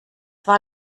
war